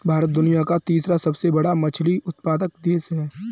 भारत दुनिया का तीसरा सबसे बड़ा मछली उत्पादक देश है